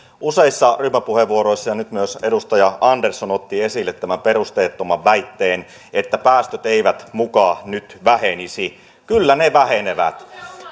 useissa ryhmäpuheenvuoroissa otettiin ja nyt myös edustaja andersson otti esille tämän perusteettoman väitteen että päästöt eivät muka nyt vähenisi kyllä ne vähenevät